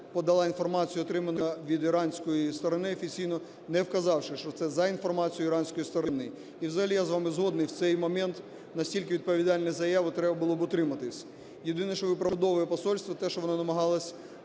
подало інформацію, отриману від іранської сторони офіційно, не вказавши, що це за інформацією іранської сторони. І взагалі я з вами згодний, в цей момент від настільки відповідальної заяви треба було б утриматись. Єдине, що ви виправдовує посольство, те, що воно намагалось